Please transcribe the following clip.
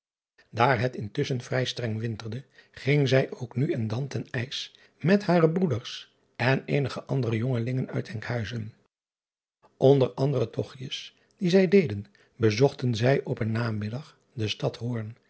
aar het intusschen vrij streng winterde ging zij ook nu en dan ten ijs met hare broeders en eenige andere jongelingen uit nkhuizen nder anderen togtjes die zij deden bezochten zij op een namiddag de stad oorn